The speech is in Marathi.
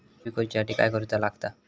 ठेवी करूच्या साठी काय करूचा लागता?